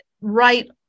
right